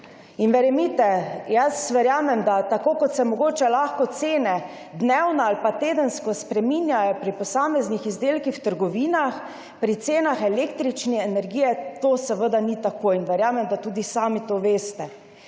Verjemite, jaz verjamem, da tako, kot se mogoče lahko cene dnevno ali tedensko spreminjajo pri posameznih izdelkih v trgovinah, pri cenah električne energije to seveda ni tako. Verjamem, da tudi sami to veste.